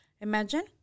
Imagine